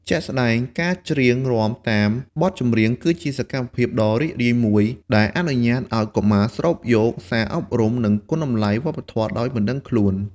ជាក់ស្ដែង ការច្រៀងរាំតាមបទចម្រៀង គឺជាសកម្មភាពដ៏រីករាយមួយ ដែលអនុញ្ញាតឲ្យកុមារស្រូបយកសារអប់រំ និងគុណតម្លៃវប្បធម៌ដោយមិនដឹងខ្លួន។